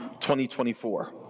2024